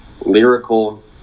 lyrical